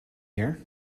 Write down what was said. hear